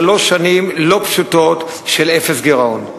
שלוש שנים לא פשוטות של אפס גירעון,